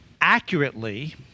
accurately